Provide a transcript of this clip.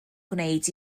gwneud